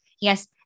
yes